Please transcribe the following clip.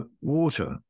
water